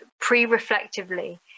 pre-reflectively